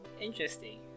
Interesting